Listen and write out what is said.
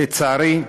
לצערי,